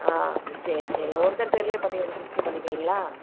ஆ சரி சரிங்க ஒருத்தர் பேயர்லே பதி ரிஜிஸ்டர் பண்ணிக்கிறீங்களா